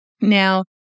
Now